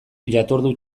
jatordu